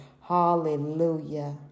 Hallelujah